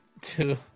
two